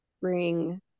bring